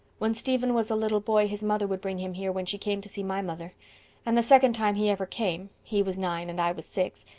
when stephen was a little boy his mother would bring him here when she came to see my mother and the second time he ever came. he was nine and i was six.